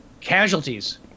casualties